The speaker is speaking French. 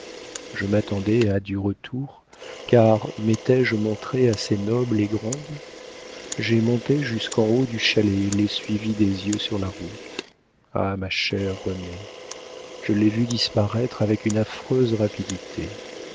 je m'attendais à du retour car m'étais-je montrée assez noble et grande j'ai monté jusqu'en haut du chalet et l'ai suivi des yeux sur la route ah ma chère renée je l'ai vu disparaître avec une affreuse rapidité